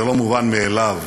זה לא מובן מאליו,